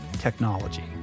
technology